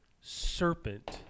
serpent